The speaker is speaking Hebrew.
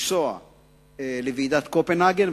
לנסוע לוועידת קופנהגן.